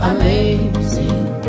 Amazing